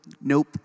nope